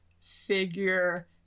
figure